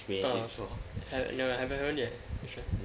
ah haven't haven't yet which [one]